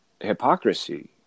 hypocrisy